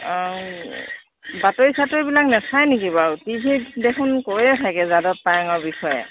অঁ বাতৰি চাতৰিবিলাক নাচায় নেকি বাৰু টিভিত দেখোন কৈয়ে থাকে যাদৱ পায়েঙৰ বিষয়ে